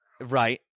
right